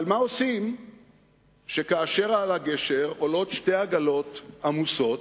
אבל מה עושים כאשר על הגשר עולות שתי עגלות עמוסות,